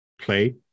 play